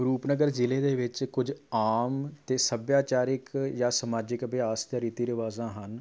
ਰੂਪਨਗਰ ਜ਼ਿਲ੍ਹੇ ਦੇ ਵਿੱਚ ਕੁਝ ਆਮ ਅਤੇ ਸੱਭਿਆਚਾਰਿਕ ਜਾਂ ਸਮਾਜਿਕ ਅਭਿਆਸ ਅਤੇ ਰੀਤੀ ਰਿਵਾਜ਼ਾਂ ਹਨ